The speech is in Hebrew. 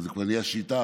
וזה כבר נהיה שיטה,